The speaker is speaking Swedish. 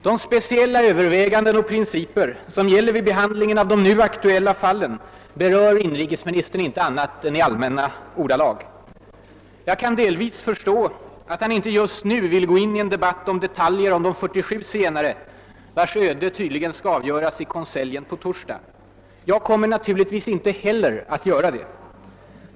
De speciella överväganden som gäller vid behandlingen av de nu aktuella fallen berör inte inrikesministern annat än i allmänna ordalag. Jag kan delvis förstå att han inte just nu vill ta upp en debatt om detaljer beträffande de 47 zigenare, vilkas öde tydligen skall avgöras i konseljen på torsdag. Jag kommer naturligtvis inte heller att göra det.